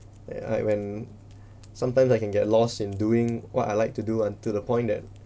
ya when sometimes I can get lost in doing what I like to do until the point that